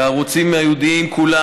הערוצים הייעודיים כולם,